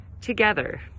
together